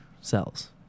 cells